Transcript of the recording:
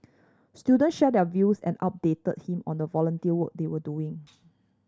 student shared their views and updated him on the volunteer work they were doing